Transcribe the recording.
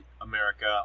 America